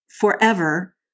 forever